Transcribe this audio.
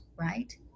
right